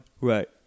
Right